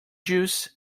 juice